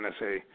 NSA